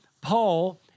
Paul